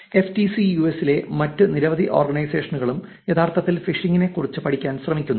എഫ്ടിസിയും യുഎസിലെ മറ്റ് നിരവധി ഓർഗനൈസേഷനുകളും യഥാർത്ഥത്തിൽ ഫിഷിംഗിനെക്കുറിച്ച് പഠിക്കാൻ ശ്രമിക്കുന്നു